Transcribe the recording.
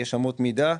יש אמות מידה,